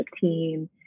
team